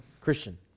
Christian